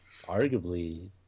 arguably